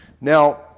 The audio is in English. Now